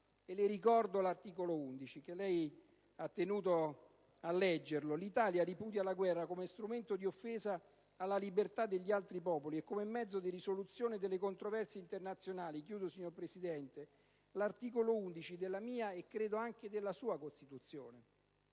Le ricordo l'articolo 11, che lei ha tenuto a leggere: «L'Italia ripudia la guerra come strumento di offesa alla libertà degli altri popoli e come mezzo di risoluzione delle controversie internazionali». Questo è il dettato dell'articolo 11, della mia e credo anche della sua Costituzione.